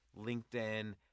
LinkedIn